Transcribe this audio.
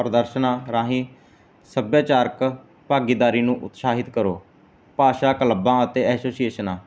ਪ੍ਰਦਰਸ਼ਨਾ ਰਾਹੀਂ ਸੱਭਿਆਚਾਰਕ ਭਾਗੀਦਾਰੀ ਨੂੰ ਉਤਸਾਹਿਤ ਕਰੋ ਭਾਸ਼ਾ ਕਲੱਬਾਂ ਅਤੇ ਐਸੋਸੀਏਸ਼ਨਾਂ